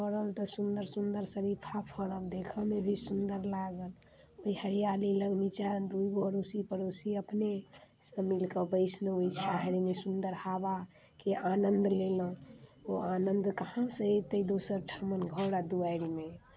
फड़ल तऽ सुन्दर सुन्दर शरीफा फड़ल देखऽ मे भी सुन्दर लागल ओहि हरिआली लग दू चारि गो अड़ोसी पड़ोसी अपने सब मिल कऽ बैसलहुँ ओहि छाहरिमे सुन्दर हवाके आनंद लेलहुँ ओ आनंद कहाँसँ एतै दोसर ठमन घर आ दुआरिमे